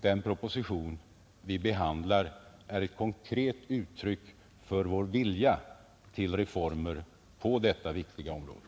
Den proposition vi behandlar är ett konkret uttryck för vår vilja till reformer på detta viktiga område.